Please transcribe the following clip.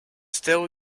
still